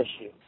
issue